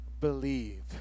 believe